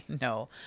No